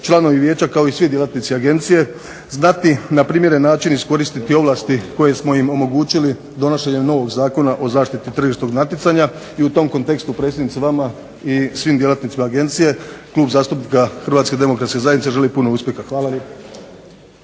članovi Vijeća kao i svi djelatnici agencije znati na primjeren način iskoristiti mogućnosti koje smo im omogućili donošenjem novog Zakona o zaštiti tržišnog natjecanja i u tom kontekstu predsjednice vama i svim djelatnicima Agencije Klub Hrvatske demokratske zajednice želi puno uspjeha. Hvala